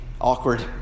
Awkward